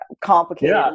complicated